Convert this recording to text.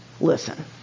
listen